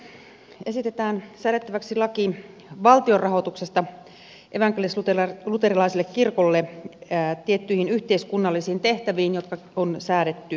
tässä esitetään säädettäväksi laki valtion rahoituksesta evankelisluterilaiselle kirkolle tiettyihin yhteiskunnallisiin tehtäviin jotka on säädetty lailla